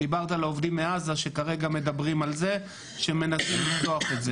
דיברת על העובדים מעזה שכרגע מדברים עליהם ומנסים לפתוח את זה.